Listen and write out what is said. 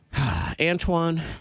Antoine